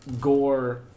gore